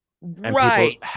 Right